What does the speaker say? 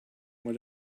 what